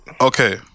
Okay